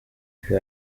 who